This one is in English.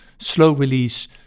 slow-release